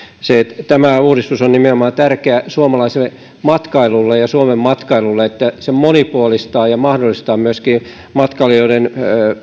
tämä uudistus on tärkeä nimenomaan suomalaiselle matkailulle ja suomen matkailulle se monipuolistaa ja mahdollistaa myöskin matkailijoiden